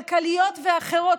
כלכליות ואחרות,